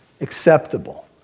acceptable